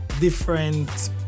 different